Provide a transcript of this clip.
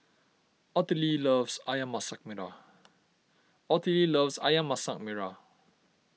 Ottilie loves Ayam Masak Merah Ottilie loves Ayam Masak Merah